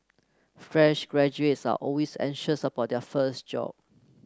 fresh graduates are always anxious about their first job